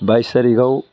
बाइस थारिगाव